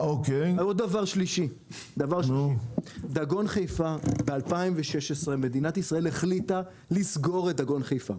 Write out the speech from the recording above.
עוד דבר שלישי: ב-2016 מדינת ישראל החליטה לסגור את דגון חיפה.